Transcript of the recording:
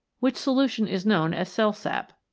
which solution is known as cell sap.